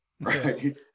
right